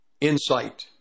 insight